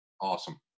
Awesome